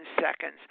seconds